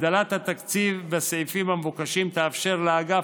הגדלת התקציב בסעיפים המבוקשים תאפשר לאגף